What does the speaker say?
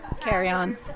carry-on